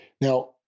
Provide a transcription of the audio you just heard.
Now